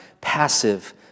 passive